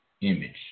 image